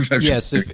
Yes